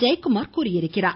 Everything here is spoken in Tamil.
ஜெயக்குமார் தெரிவித்துள்ளார்